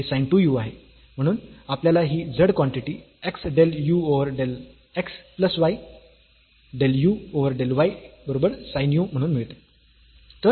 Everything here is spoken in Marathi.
म्हणून आपल्याला ही z quantity x del u over del x plus y del u over del y बरोबर sin u म्हणून मिळते